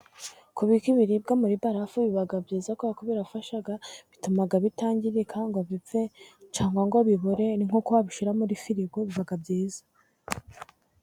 Kubika ibiribwa muri barafu bibaga byiza, kuko birafasha bituma bitangirika ngo bipfe, cyangwa ngo bibore, ni nko kubishyira muri firigo, biba byiza.